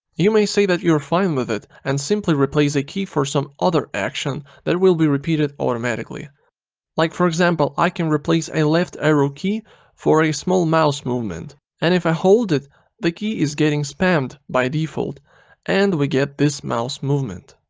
you may say that you're fine with it and simply replace a key for some other action that will be repeated automatically like for example i can replace a leftarrow key for a small mouse movement and if i ah hold it the key is getting spammed by default and we get this mouse movement.